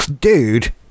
dude